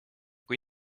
kui